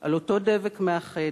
על אותו דבק מאחד,